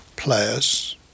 players